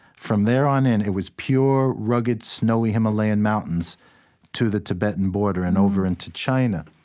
from there on in, it was pure, rugged, snowy himalayan mountains to the tibetan border and over into china.